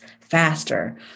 faster